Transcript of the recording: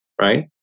right